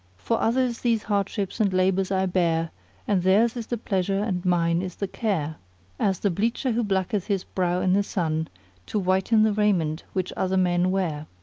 for others these hardships and labours i bear and theirs is the pleasure and mine is the care as the bleacher who blacketh his brow in the sun to whiten the raiment which other men wear.